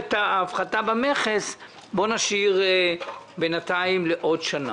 את ההפחתה במכס בואו נשאיר בינתיים לעוד שנה,